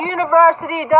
University